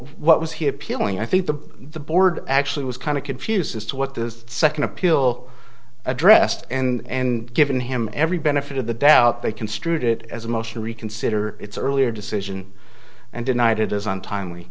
what was he appealing i think the the board actually was kind of confused as to what the second appeal addressed and given him every benefit of the doubt they construed it as a motion reconsider its earlier decision and denied it as untime